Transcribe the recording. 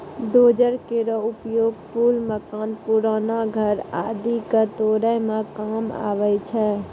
dozer केरो उपयोग पुल, मकान, पुराना घर आदि क तोरै म काम आवै छै